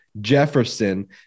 jefferson